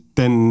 den